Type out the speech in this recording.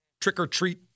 trick-or-treat